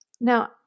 Now –